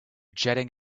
jetting